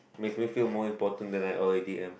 makes me feel more important than I already am